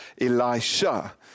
Elisha